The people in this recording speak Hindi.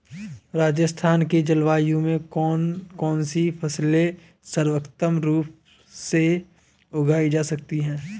राजस्थान की जलवायु में कौन कौनसी फसलें सर्वोत्तम रूप से उगाई जा सकती हैं?